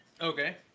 Okay